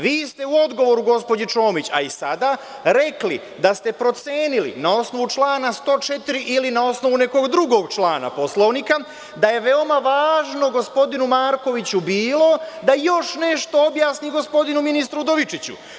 Vi ste u odgovoru gospođi Čomić, a i sada, rekli da ste procenili na osnovu člana 104. ili na osnovu nekog drugog člana Poslovnika da je veoma važno gospodinu Markoviću bilo da još nešto objasni gospodinu ministru Udovičiću.